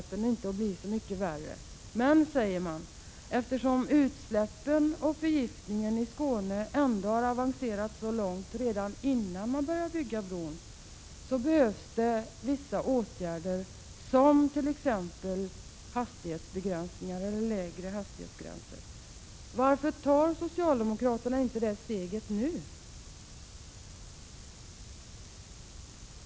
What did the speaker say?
Men man säger att det, eftersom utsläppen och förgiftningen i Skåne ändå har avancerat så långt redan innan bron börjar byggas, behövs vissa åtgärder som t.ex. hastighetsbegränsningar eller lägre hastighetsgränser. Varför tar socialdemokraterna inte detta steg nu?